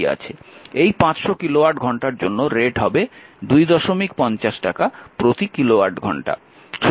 এই বাকি 500 কিলোওয়াট ঘন্টার জন্য রেট হবে 25 টাকা প্রতি কিলোওয়াট ঘন্টা